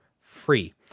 free